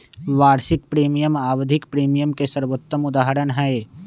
वार्षिक प्रीमियम आवधिक प्रीमियम के सर्वोत्तम उदहारण हई